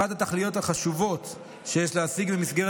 אחת התכליות החשובות שיש להשיג במסגרת